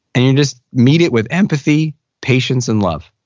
and you just meet it with empathy, patience, and love.